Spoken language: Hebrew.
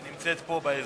היא נמצאת פה, באזור.